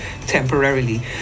temporarily